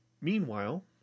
Meanwhile